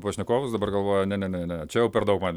pašnekovas dabar galvoja ne ne ne ne čia jau per daug man